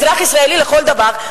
אזרח ישראלי לכל דבר.